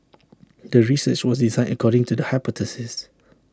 the research was designed according to the hypothesis